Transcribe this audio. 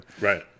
right